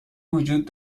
وجود